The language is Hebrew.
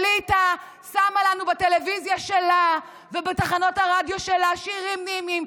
האליטה שמה לנו בטלוויזיה שלה ובתחנות הרדיו שלה שירים נעימים,